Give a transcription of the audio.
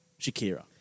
Shakira